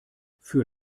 für